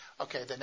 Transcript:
Okay